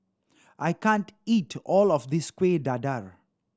I can't eat all of this Kuih Dadar